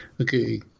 Okay